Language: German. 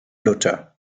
luther